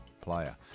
player